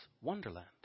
Wonderland